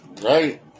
Right